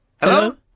Hello